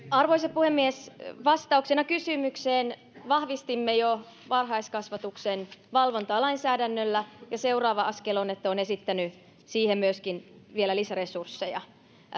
arvoisa puhemies vastauksena kysymykseen vahvistimme jo varhaiskasvatuksen valvontaa lainsäädännöllä ja seuraava askel on että olen esittänyt siihen myöskin vielä lisäresursseja